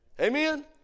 Amen